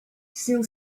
still